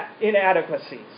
inadequacies